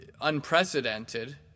unprecedented